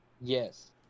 yes